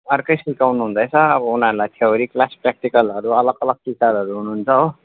अर्कै सिकाउनु हुँदैछ अब उनीहरूलाई थ्योरी क्लास प्राक्टिकलहरू अलग अलग टिचरहरू हुनुहुन्छ हो